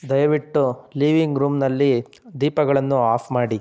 ದಯವಿಟ್ಟು ಲಿವಿಂಗ್ ರೂಮ್ನಲ್ಲಿ ದೀಪಗಳನ್ನು ಆಫ್ ಮಾಡಿ